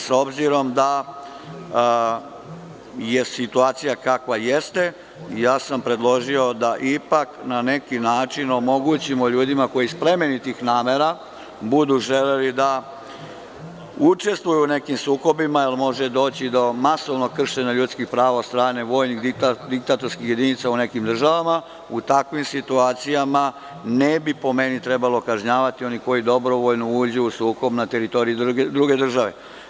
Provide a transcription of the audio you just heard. S obzirom da je situacija kakva jeste, ja sam predložio da ipak na neki način omogućimo ljudima koji iz plemenitih namera budu želeli da učestvuju u nekim sukobima, jer može doći do masovnog kršenja ljudskih prava od strane vojnih diktatorskih jedinica u nekim državama, u takvim situacijama ne bi, po meni, trebalo kažnjavati one koji dobrovoljno uđu u sukob na teritoriji druge države.